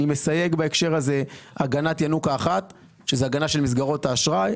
אני מסייג בהקשר הזה הגנת ינוקא אחת שזאת הגנה של מסגרות האשראי.